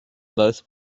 both